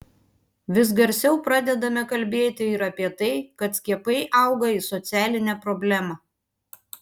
vis garsiau pradedame kalbėti ir apie tai kad skiepai auga į socialinę problemą